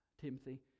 Timothy